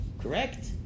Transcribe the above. correct